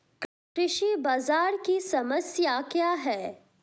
कृषि बाजार की समस्या क्या है?